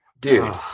dude